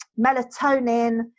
melatonin